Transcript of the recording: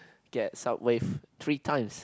get Subway three times